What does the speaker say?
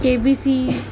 KBC